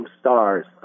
stars